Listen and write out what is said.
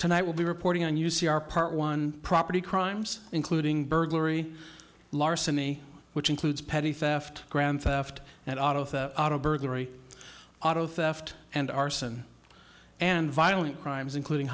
tonight will be reporting on u c r part one property crimes including burglary larceny which includes petty theft grand theft auto theft auto burglary auto theft and arson and violent crimes including